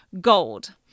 gold